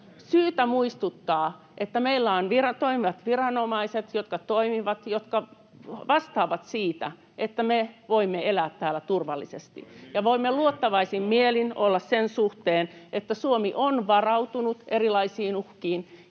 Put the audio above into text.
syytä muistuttaa, että meillä on toimivat viranomaiset, jotka toimivat, jotka vastaavat siitä, että me voimme elää täällä turvallisesti ja voimme luottavaisin mielin olla sen suhteen, että Suomi on varautunut erilaisiin uhkiin.